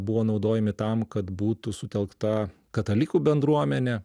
buvo naudojami tam kad būtų sutelkta katalikų bendruomenė